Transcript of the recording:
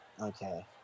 Okay